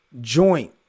joint